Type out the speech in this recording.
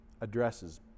addresses